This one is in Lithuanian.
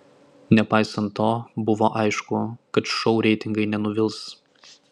nepaisant to buvo aišku kad šou reitingai nenuvils